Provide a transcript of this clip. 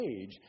age